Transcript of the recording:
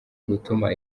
gutuma